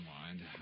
mind